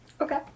Okay